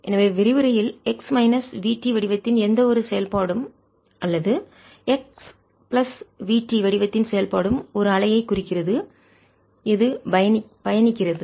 எனவே விரிவுரையில் x minus vt வடிவத்தின் எந்த ஒரு செயல்பாடும் அல்லது எக்ஸ் பிளஸ் vt வடிவத்தின் செயல்பாடும் ஒரு அலையை குறிக்கிறது இது பயணிக்கிறது